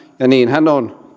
ja niinhän on